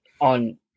on